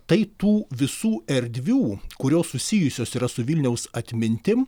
tai tų visų erdvių kurios susijusios yra su vilniaus atmintim